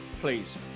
please